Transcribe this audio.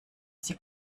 sie